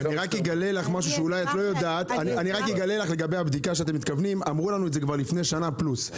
אגלה לך לגבי הבדיקה שאתם מתכוונים אמרו לנו את זה כבר לפני שנה פלוס.